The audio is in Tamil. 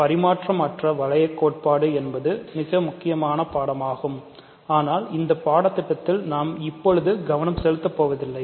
பரிமாற்றம் அற்ற வளைய கோட்பாடு என்பது ஒரு முக்கியமான பாடமாகும் ஆனால் இந்த பாடத்திட்டத்தில் நாம் இப்பொழுது கவனம் செலுத்தப் போவதில்லை